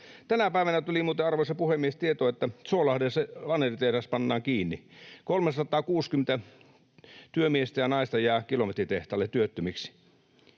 Tänä päivänä tuli muuten, arvoisa puhemies, tieto, että Suolahden vaneritehdas pannaan kiinni. 360 työmiestä ja -naista jää kilometritehtaalle työttömiksi.